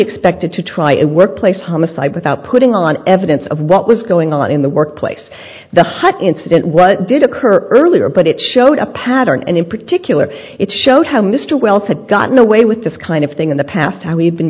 expected to try it workplace homicide without putting on evidence of what was going on in the workplace the hut incident what did occur earlier but it showed a pattern and in particular it showed how mr wells had gotten away with this kind of thing in the past how he had been